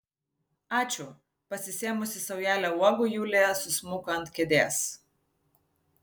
ačiū pasisėmusi saujelę uogų julija susmuko ant kėdės